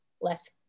less